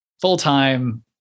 full-time